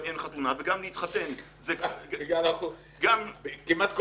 גם אין חתונה וגם להתחתן זה -- כמעט כל